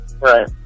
right